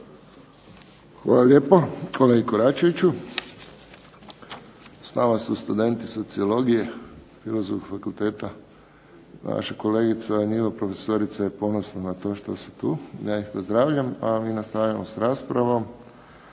Hvala lijepo kolegi Koračeviću. S nama su studenti sociologije Filozofskog fakultete. A naša kolegica je njihova profesorica i ponosna na to što su tu. Ja ih pozdravljam. A mi nastavljamo sa raspravom.